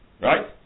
Right